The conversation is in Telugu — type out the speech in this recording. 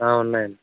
ఉన్నాయండి